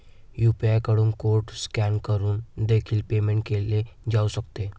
UPI कडून code scan करून देखील पेमेंट केले जाऊ शकते